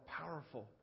powerful